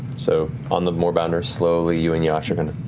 so on the moorbounders, slowly you and yasha and